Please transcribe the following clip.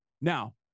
Now